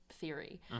theory